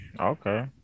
Okay